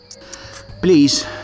Please